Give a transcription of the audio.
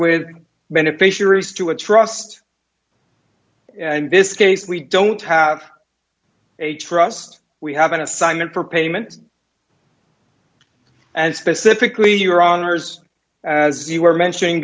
with beneficiaries to a trust and this case we don't have a trust we have an assignment for payment and specifically your honour's as you were mentioning